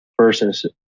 versus